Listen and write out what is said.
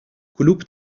کلوپ